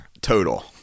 total